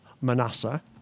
Manasseh